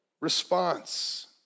response